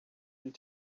and